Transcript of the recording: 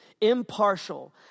impartial